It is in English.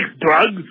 drugs